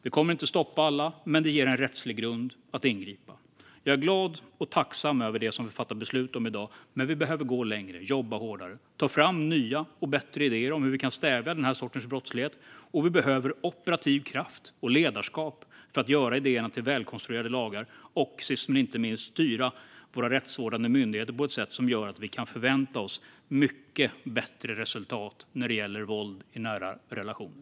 Det kommer inte att stoppa alla, men det ger en rättslig grund för att ingripa. Jag är glad och tacksam över det vi fattar beslut om i dag, men vi behöver gå längre. Vi behöver jobba hårdare och ta fram nya och bättre idéer om hur vi kan stävja den här sortens brottslighet. Vi behöver operativ kraft och ledarskap för att göra idéerna till välkonstruerade lagar. Sist men inte minst behöver vi styra våra rättsvårdande myndigheter på ett sätt som gör att vi kan förvänta oss mycket bättre resultat när det gäller våld i nära relationer.